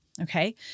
okay